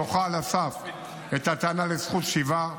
דוחה על הסף את הטענה לזכות שיבה,